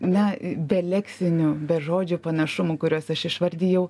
ne be leksinių be žodžių panašumų kuriuos aš išvardijau